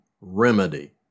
remedy